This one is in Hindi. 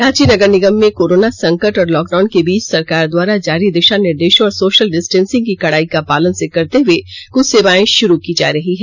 रांची नगर निगम में कोरोना संकट और लॉकडाउन के बीच सरकार द्वारा जारी दिशा निर्देशों और सोशल डिस्टेंसिंग का कड़ाई से पालन करते हुए कुछ सेवाएं शुरू की जा रही है